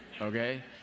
okay